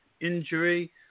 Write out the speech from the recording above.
injury